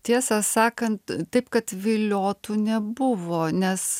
tiesą sakant taip kad viliotų nebuvo nes